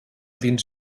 dins